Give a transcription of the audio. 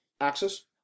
axis